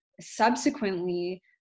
subsequently